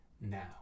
now